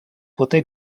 poté